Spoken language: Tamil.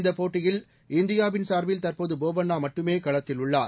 இந்தப் போட்டியில் இந்தியாவின் சார்பில் தற்போது போபண்ணா மட்டுமே களத்தில் உள்ளார்